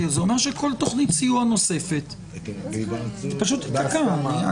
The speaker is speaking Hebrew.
כי זה אומר שכל תוכנית סיוע נוספת פשוט תיתקע.